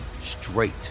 straight